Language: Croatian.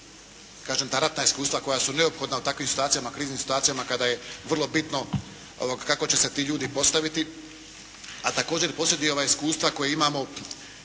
kažem ta ratna iskustva koja su neophodna u takvim situacijama, kriznim situacijama kada je vrlo bitno kako će se ti ljudi postaviti a također posjeduje ova iskustva koja imamo